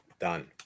done